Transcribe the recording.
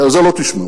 כי על זה לא תשמעו,